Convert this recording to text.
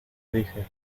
dije